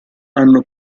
hanno